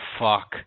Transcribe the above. fuck